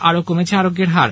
আরও কমেছে আরোগ্যের হার